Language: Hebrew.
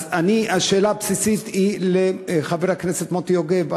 אז השאלה הבסיסית לחבר הכנסת מוטי יוגב היא: